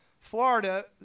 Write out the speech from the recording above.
Florida